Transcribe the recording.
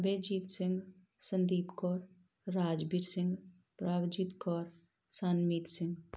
Abhijeet Singh Sandeep Kaur Rajveer Singh Prabhjeet Kaur Sanmeet Singh